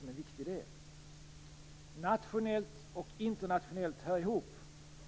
som en viktig del. Nationellt och internationellt hör ihop.